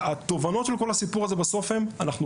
התובנות של כל הסיפור הזה הן שאנחנו